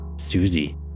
Susie